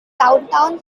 downtown